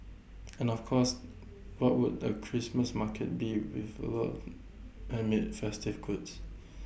and of course what would A Christmas market be without lots of handmade festive goods